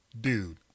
dude